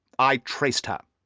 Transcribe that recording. i traced her!